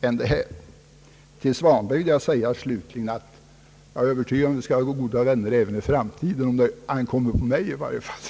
Till herr Svanström vill jag till slut säga: I varje fall om det ankommer på mig, är jag övertygad om att vi skall vara goda vänner även i framtiden.